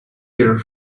year